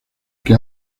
que